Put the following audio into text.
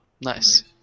Nice